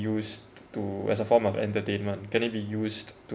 used to as a form of entertainment can it be used